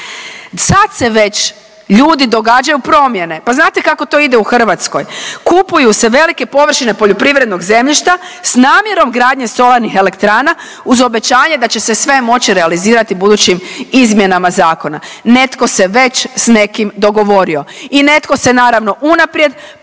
Sad se već, ljudi, događaju promjene. Pa znate kako to ide u Hrvatskoj. Kupuju se velike površine poljoprivrednog zemljišta s namjerom gradnje solarnih elektrana uz obećanje da će se sve moći realizirati budućim izmjenama zakona. Netko se već s nekim dogovorio i netko se, naravno, unaprijed,